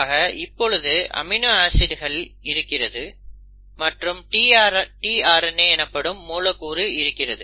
அக இப்பொழுது அமினோ ஆசிட்கள் இருக்கிறது மற்றும் tRNA எனப்படும் மூலக்கூறு இருக்கிறது